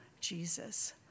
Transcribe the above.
Jesus